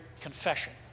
confession